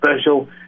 special